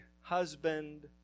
husband